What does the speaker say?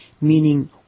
meaning